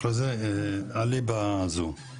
אחרי זה עלי בזום.